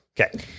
Okay